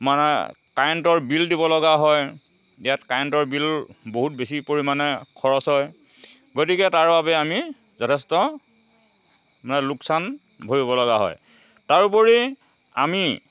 মানে কাৰেণ্টৰ বিল দিবলগা হয় ইয়াত কাৰেণ্টৰ বিল বহুত বেছি পৰিমাণে খৰচ হয় গতিকে তাৰ বাবে আমি যথেষ্ট মানে লোকচান ভৰিবলগা হয় তাৰোপৰি আমি